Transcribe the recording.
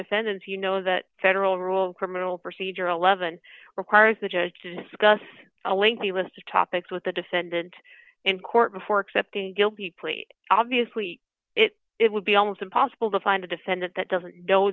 defendants you know that federal rule of criminal procedure eleven requires the judge to discuss a lengthy list of topics with the defendant in court before accepting a guilty plea obviously it would be almost impossible to find a defendant that doesn't